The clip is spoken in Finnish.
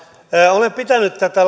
olen pitänyt tätä